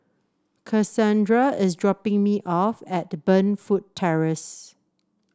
Kasandra is dropping me off at Burnfoot Terrace